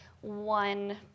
one